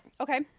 Okay